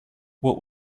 what